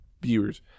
viewers